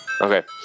Okay